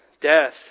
death